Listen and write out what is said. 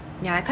ya I quite